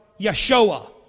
Yeshua